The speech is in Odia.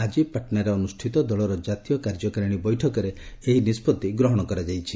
ଆଜି ପାଟନାରେ ଅନୁଷ୍ଠିତ ଦଳର ଜାତୀୟ କାର୍ଯ୍ୟକାରିଣୀ ବୈଠକରେ ଏହି ନିଷ୍କଭି ଗ୍ରହଣ କରାଯାଇଛି